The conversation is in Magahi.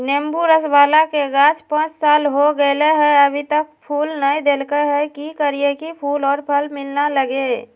नेंबू रस बाला के गाछ पांच साल के हो गेलै हैं अभी तक फूल नय देलके है, की करियय की फूल और फल मिलना लगे?